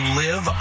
live